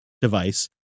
device